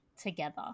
together